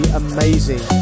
amazing